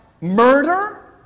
murder